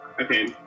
Okay